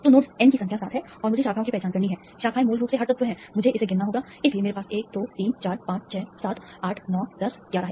तो nodes N की संख्या 7 है और मुझे शाखाओं की पहचान करनी है शाखाएं मूल रूप से हर तत्व हैं मुझे इसे गिनना होगा इसलिए मेरे पास 1 2 3 4 5 6 7 8 9 10 11 है